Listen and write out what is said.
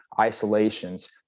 isolations